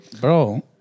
Bro